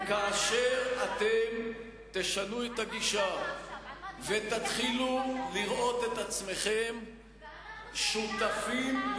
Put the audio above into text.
וכאשר אתם תשנו את הגישה ותתחילו לראות את עצמכם שותפים,